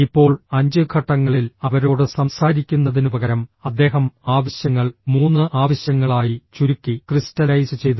ഇപ്പോൾ 5 ഘട്ടങ്ങളിൽ അവരോട് സംസാരിക്കുന്നതിനുപകരം അദ്ദേഹം ആവശ്യങ്ങൾ 3 ആവശ്യങ്ങളായി ചുരുക്കി ക്രിസ്റ്റലൈസ് ചെയ്തു